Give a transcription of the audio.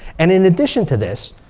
and in addition to this,